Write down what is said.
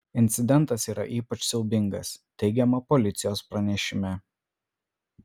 incidentas yra ypač siaubingas teigiama policijos pranešime